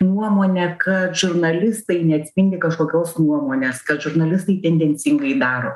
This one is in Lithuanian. nuomonę kad žurnalistai neatspindi kažkokios nuomonės kad žurnalistai tendencingai daro